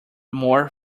more